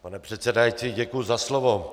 Pane předsedající, děkuji za slovo.